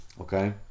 okay